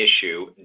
issue